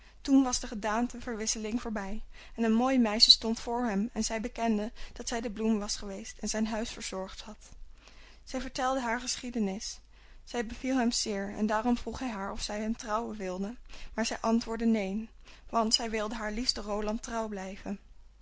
toen was de gedaanteverwisseling voorbij en een mooi meisje stond voor hem en zij bekende dat zij de bloem was geweest en zijn huis verzorgd had zij vertelde haar geschiedenis zij beviel hem zeer en daarom vroeg hij haar of zij hem trouwen wilde maar zij antwoordde neen want zij wilde haar liefste roland trouw bleven